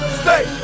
stay